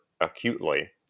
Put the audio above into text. acutely